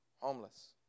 homeless